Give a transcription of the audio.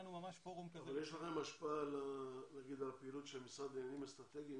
אבל יש לכם השפעה על הפעילות של משרד לעניינים אסטרטגיים?